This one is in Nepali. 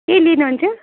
केही लिनुहुन्थ्यो